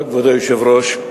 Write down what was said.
אדוני היושב-ראש,